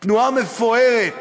תנועה מפוארת,